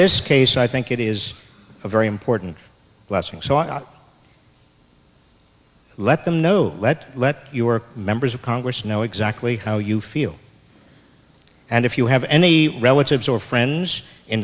this case i think it is a very important blessing so i let them know that let you or members of congress know exactly how you feel and if you have any relatives or friends in